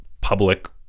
public